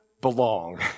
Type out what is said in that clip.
belong